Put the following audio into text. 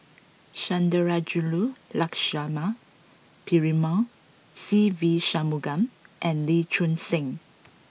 Sundarajulu Lakshmana Perumal Se Ve Shanmugam and Lee Choon Seng